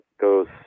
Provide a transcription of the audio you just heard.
goes